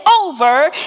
over